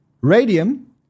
Radium